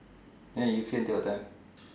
then you free until what time